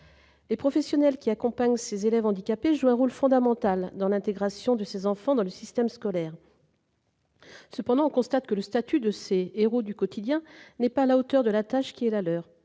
Les professionnels qui accompagnent ces élèves handicapés jouent un rôle fondamental pour leur intégration dans le système scolaire. Toutefois, le statut de ces « héros du quotidien » n'est pas à la hauteur de la tâche qui est la leur.